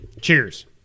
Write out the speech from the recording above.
Cheers